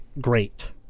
great